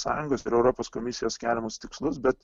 sąjungos ir europos komisijos keliamus tikslus bet